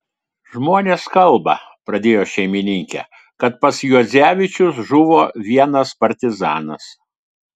žmonės kalba pradėjo šeimininkė kad pas juodzevičius žuvo vienas partizanas